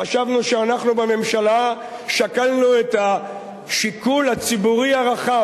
חשבנו שאנחנו בממשלה שקלנו את השיקול הציבורי הרחב,